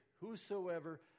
Whosoever